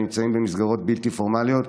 הם נמצאים במסגרות בלתי פורמליות.